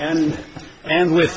and and with